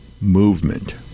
movement